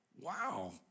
Wow